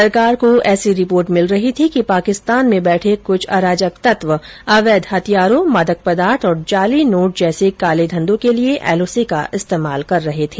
सरकार को ऐसी रिपोर्ट मिल रही थी कि पाकिस्तान में बैठे कृछ अराजक तत्व अवैध हथियारों मादक पदार्थ और जाली नोट जैस काले धंधों के लिये एलओसी का इस्तेमाल कर रहे थे